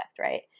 right